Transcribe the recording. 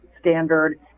standard